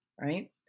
right